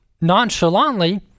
nonchalantly